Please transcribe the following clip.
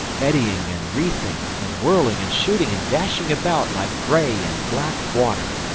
eddying and wreathing and whirling and shooting and dashing about like grey and black water,